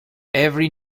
every